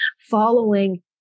following